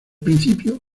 principio